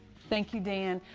thank you, dan.